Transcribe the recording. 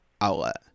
outlet